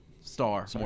star